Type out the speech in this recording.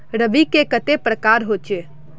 रवि के कते प्रकार होचे?